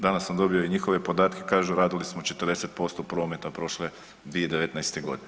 Danas sam dobio i njihove podatke, kažu radili smo 40% prometa prošle 2019. godine.